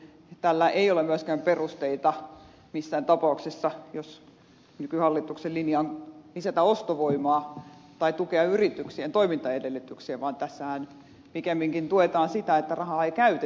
tälle ei ole myöskään perusteita missään tapauksessa jos nykyhallituksen linja on lisätä ostovoimaa tai tukea yritysten toimintaedellytyksiä vaan tässähän pikemminkin tuetaan sitä että rahaa ei käytetä